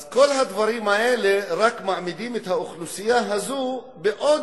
אז כל הדברים האלה רק מעמידים את האוכלוסייה הזאת בעוד